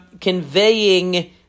conveying